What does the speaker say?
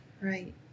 Right